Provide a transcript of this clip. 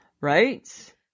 Right